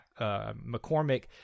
McCormick